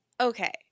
Okay